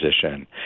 position